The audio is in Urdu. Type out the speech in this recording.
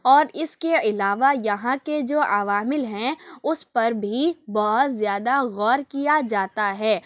اور اِس کے علاوہ یہاں کے جو عوامل ہیں اُس پر بھی بہت زیادہ غور کیا جاتا ہے